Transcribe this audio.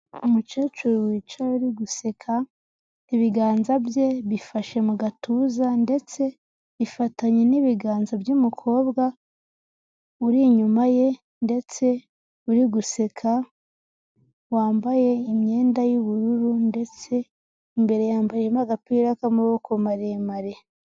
Umukecuru wicaye uri guseka, ibiganza bye bifashe mu gatuza ndetse bifatanye n'ibiganza by'umukobwa uri inyuma ye ndetse uri guseka, wambaye imyenda y'ubururu ndetse imbere yambariyemo agapira k'amaboko maremare.